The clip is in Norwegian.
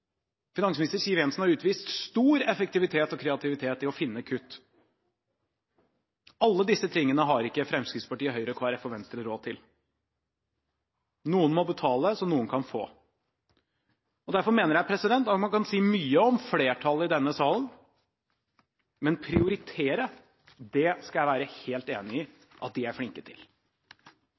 Finansminister Siv Jensen har utvist stor effektivitet og kreativitet i å finne kutt. Ikke noe av dette har Fremskrittspartiet, Høyre, Kristelig Folkeparti og Venstre råd til. Noen må betale, så noen kan få. Derfor mener jeg at man kan si mye om flertallet i denne salen, men prioritere skal jeg være helt enig i at de er flinke til.